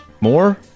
more